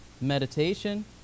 Meditation